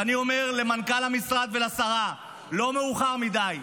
ואני אומר למנכ"ל המשרד ולשרה: לא מאוחר מדי.